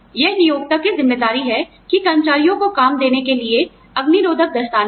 यह नियोक्ता की जिम्मेदारी है कि कर्मचारियों को काम देने के लिए अग्निरोधक दस्ताने दे